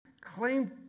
Claim